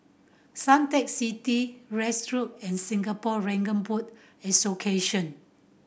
Suntec City Road and Singapore Dragon Boat Association